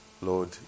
Lord